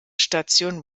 station